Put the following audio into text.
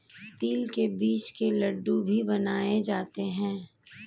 तिल के बीज के लड्डू भी बनाए जाते हैं